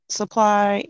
supply